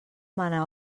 mana